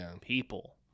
people